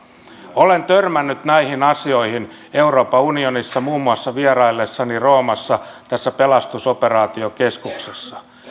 olen törmännyt näihin asioihin euroopan unionissa muun muassa vieraillessani roomassa tässä pelastusoperaatiokeskuksessa